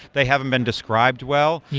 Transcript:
they haven' been described well.